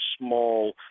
small